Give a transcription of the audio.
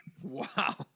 Wow